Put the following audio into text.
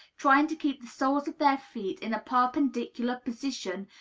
trying to keep the soles of their feet in a perpendicular position,